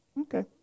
Okay